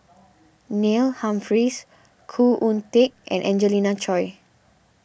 Neil Humphreys Khoo Oon Teik and Angelina Choy